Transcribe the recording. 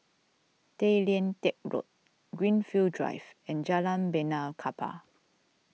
Tay Lian Teck Road Greenfield Drive and Jalan Benaan Kapal